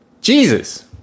Jesus